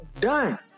done